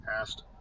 asked